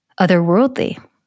otherworldly